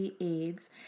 AIDS